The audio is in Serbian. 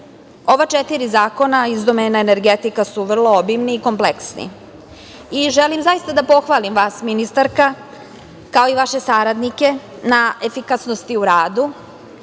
sl.Ova četiri zakona iz domena energetike su vrlo obimni i kompleksni. Želim zaista da pohvalim vas, ministarka, kao i vaše saradnike, na efikasnosti u radu.